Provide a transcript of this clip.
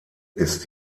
ist